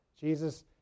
Jesus